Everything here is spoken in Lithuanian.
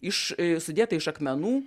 iš sudėta iš akmenų